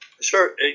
Sure